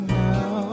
now